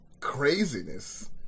craziness